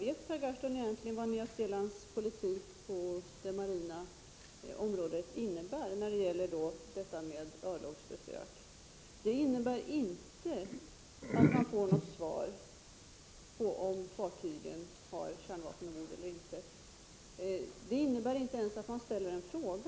Vet Per Gahrton egentligen vad Nya Zeelands politik på det marina området innebär när det gäller detta med örlogsbesök? Denna politik innebär inte att man får något svar på frågan om fartygen har kärnvapen ombord eller inte. Denna politik innebär inte ens att man ställer en fråga.